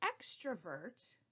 extrovert